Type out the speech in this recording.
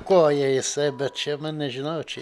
koja jisai bet čia man nežinau čia